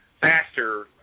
faster